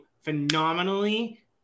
phenomenally